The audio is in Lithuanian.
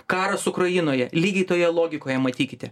karas ukrainoje lygiai toje logikoje matykite